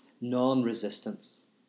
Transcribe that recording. non-resistance